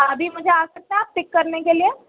ابھی مجھے آ سکتے ہیں آپ پک کرنے کے لیے